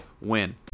win